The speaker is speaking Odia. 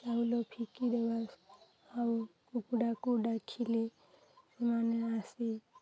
ଚାଉଳ ଫିଙ୍ଗିଦବା ଆଉ କୁକୁଡ଼ାକୁ ଡାକିଲେ ସେମାନେ ଆସେ